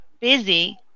busy